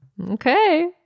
Okay